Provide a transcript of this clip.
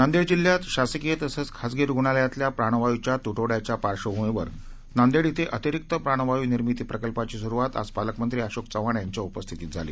नांदेड जिल्ह्यात शासकीय तसंच खासगी रुग्णालयातल्या प्राणवायूच्या तुटवड्याच्या पार्श्वभूमीवर नांदेड इथं अतिरिक्त प्राणवायू निर्मिती प्रकल्पाची सुरुवात आज पालकमंत्री अशोक चव्हाण यांच्या उपस्थितीत झाली